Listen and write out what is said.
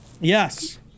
Yes